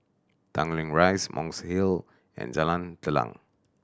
Tanglin Rise Monk's Hill and Jalan Telang